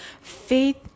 faith